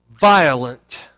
violent